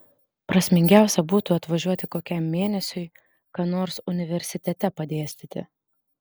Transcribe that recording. prasmingiausia būtų atvažiuoti kokiam mėnesiui ką nors universitete padėstyti